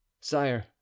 sire